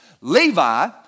Levi